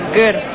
good